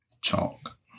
Chalk